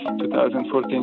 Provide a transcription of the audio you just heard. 2014